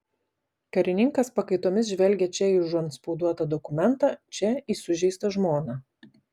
karininkas pakaitomis žvelgė čia į užantspauduotą dokumentą čia į sužeistą žmoną